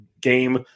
game